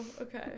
Okay